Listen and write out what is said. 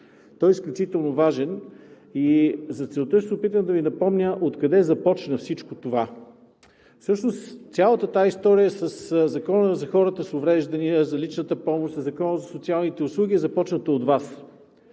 Той е изключително важен и за целта ще се опитам да Ви напомня откъде започна всичко това. Всъщност цялата тази история със Закона за хората с увреждания, за личната помощ, Закона за социалните услуги е започната от Вас,